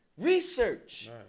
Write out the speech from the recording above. research